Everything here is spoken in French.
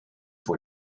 pour